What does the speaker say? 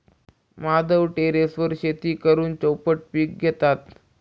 माधव टेरेसवर शेती करून चौपट पीक घेतात